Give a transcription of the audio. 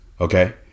okay